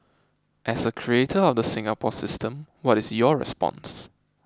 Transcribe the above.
as a creator of the Singapore system what is your response